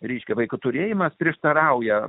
reiškia vaiko turėjimą prieštarauja